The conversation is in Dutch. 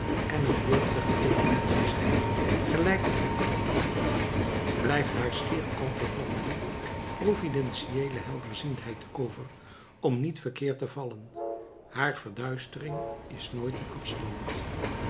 en een jeugdige revolutie zijn gelijk die van blijft haar schier altijd nog genoeg providentieele helderziendheid over om niet verkeerd te vallen haar verduistering is nooit een afstand